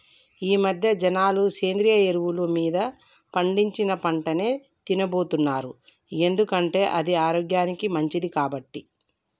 ఈమధ్య జనాలు సేంద్రియ ఎరువులు మీద పండించిన పంటనే తిన్నబోతున్నారు ఎందుకంటే అది ఆరోగ్యానికి మంచిది కాబట్టి